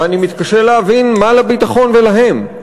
ואני מתקשה להבין מה לביטחון ולהם.